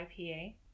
IPA